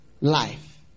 life